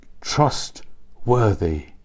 trustworthy